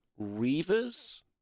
Reavers